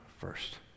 first